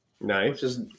Nice